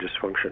dysfunction